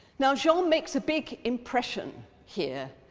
now jean makes a big impression here,